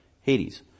Hades